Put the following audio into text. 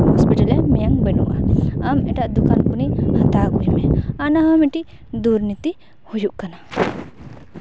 hospital ᱨᱮ ᱢᱟᱭᱟᱝ ᱵᱟᱹᱱᱩᱜᱼᱟ ᱟᱢ ᱮᱴᱟᱜ ᱫᱚᱠᱟᱱ ᱠᱷᱚᱱᱤᱧ ᱦᱟᱛᱟᱣ ᱟᱹᱜᱩᱭ ᱢᱮ ᱟᱨ ᱚᱱᱟ ᱦᱚᱸ ᱢᱤᱫᱴᱤᱡ ᱫᱩᱨᱱᱤᱛᱤ ᱦᱩᱭᱩᱜ ᱠᱟᱱᱟ